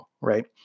Right